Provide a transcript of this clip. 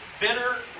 bitter